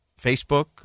Facebook